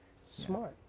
smart